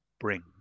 brings